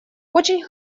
очень